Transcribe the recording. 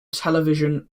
television